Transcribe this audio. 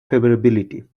favorability